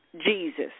Jesus